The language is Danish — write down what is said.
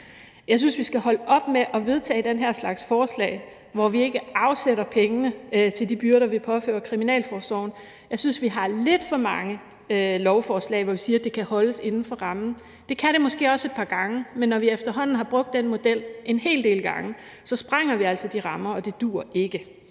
Jeg synes, vi skal holde op med at vedtage den her slags forslag, hvor vi ikke afsætter pengene til de byrder, vi påfører kriminalforsorgen. Jeg synes, vi har lidt for mange lovforslag, hvor vi siger, at det kan holdes inden for rammen. Det kan det måske også et par gange, men når vi efterhånden har brugt den model en hel del gange, sprænger vi altså de rammer, og det duer ikke.